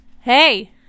Hey